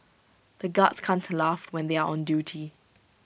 the guards can't laugh when they are on duty